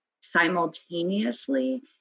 simultaneously